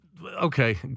Okay